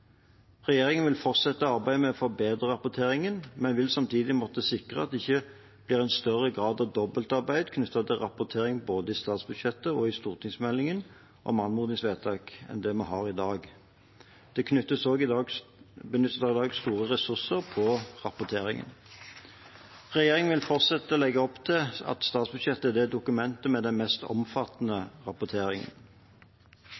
Regjeringen vil fortsette arbeidet med å forbedre rapporteringen, men vil samtidig måtte sikre at en ikke har en større grad av dobbeltarbeid knyttet til rapportering både i statsbudsjettet og i stortingsmeldingen om anmodningsvedtak enn det vi har i dag. Det benyttes også i dag store ressurser på rapporteringen. Regjeringen vil fortsette å legge opp til at statsbudsjettet er det dokumentet som har den mest omfattende